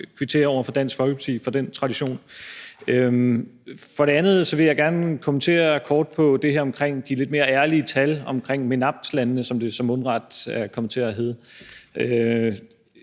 kvittere over for Dansk Folkeparti for den tradition. For det andet vil jeg gerne kommentere kort på det her om de lidt mere ærlige tal omkring MENAPT-landene, som det så mundret er kommet til at hedde.